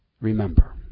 Remember